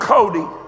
Cody